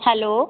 hello